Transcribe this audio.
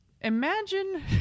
imagine